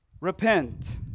Repent